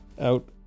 out